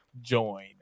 join